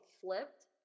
Flipped